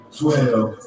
twelve